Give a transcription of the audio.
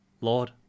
Lord